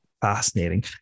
fascinating